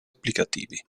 applicativi